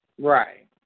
Right